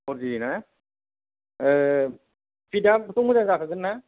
four जिना ओ स्पिडआबोथ' मोजां जाखागोनना